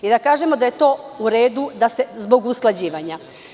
Da kažemo da je to u redu zbog usklađivanja.